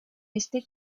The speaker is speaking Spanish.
este